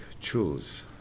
choose